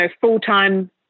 full-time